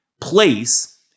place